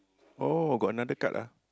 oh got another card ah